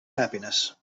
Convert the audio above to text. happiness